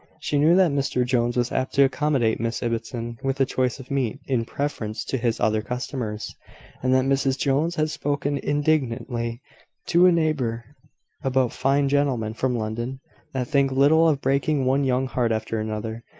she knew that mr jones was apt to accommodate miss ibbotson with a choice of meat, in preference to his other customers and that mrs jones had spoken indignantly to a neighbour about fine gentlemen from london think little of breaking one young heart after another,